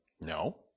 No